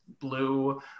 Blue